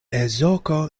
ezoko